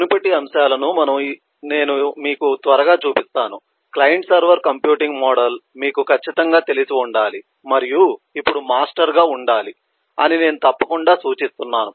మునుపటి అంశాలను ఇప్పుడు నేను మీకు త్వరగా చూపిస్తాను క్లయింట్ సర్వర్ కంప్యూటింగ్ మోడల్ మీకు ఖచ్చితంగా తెలిసి ఉండాలి మరియు ఇప్పుడు మాస్టర్ గా ఉండాలి అని నేను తప్పకుండా సూచిస్తున్నాను